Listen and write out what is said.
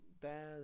bad